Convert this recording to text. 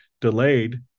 delayed